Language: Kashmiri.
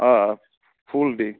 آ فُل ڈے